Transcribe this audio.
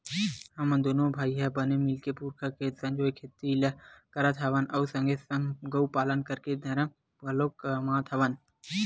हमन दूनो भाई ह बने मिलके पुरखा के संजोए खेती ल करत हवन अउ संगे संग गउ पालन करके धरम घलोक कमात हवन